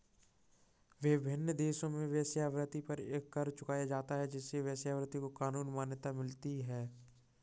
विभिन्न देशों में वेश्यावृत्ति पर कर चुकाया जाता है जिससे वेश्यावृत्ति को कानूनी मान्यता मिल जाती है